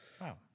Wow